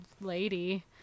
lady